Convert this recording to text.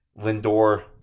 Lindor